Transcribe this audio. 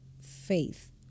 faith